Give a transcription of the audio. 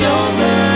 over